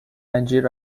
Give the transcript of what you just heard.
انجیر